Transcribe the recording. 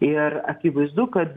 ir akivaizdu kad